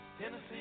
Tennessee